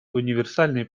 универсальной